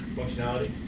functionality?